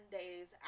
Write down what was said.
days